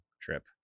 trip